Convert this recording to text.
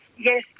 Yes